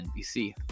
NBC